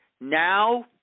Now